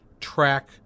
track